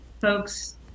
folks